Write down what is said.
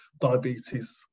diabetes